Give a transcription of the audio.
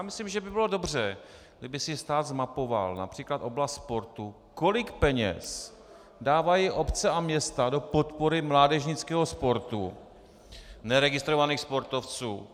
Myslím, že by bylo dobře, kdyby si stát zmapoval například oblast sportu, kolik peněz dávají obce a města do podpory mládežnického sportu, neregistrovaných sportovců.